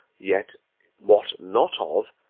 yet wot not of,